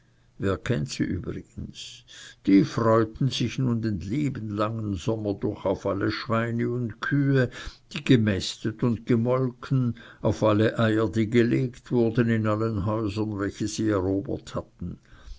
wer kennt sie übrigens die freuten sich nun den lieben langen sommer durch auf alle schweine und kühe die gemästet und gemolken auf alle eier die gelegt wurden in allen häusern welche sie erobert hatten